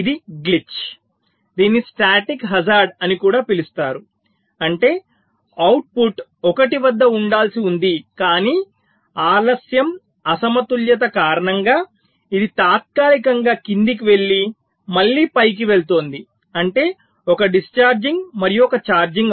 ఇది గ్లిచ్ దీనిని static hazard అని కూడా పిలుస్తారు అంటే అవుట్పుట్ 1 వద్ద ఉండాల్సి ఉంది కానీ ఆలస్యం అసమతుల్యత కారణంగా ఇది తాత్కాలికంగా క్రిందికి వెళ్లి మళ్ళీ పైకి వెళుతోంది అంటే ఒక డిశ్చార్జింగ్ మరియు ఒక ఛార్జింగ్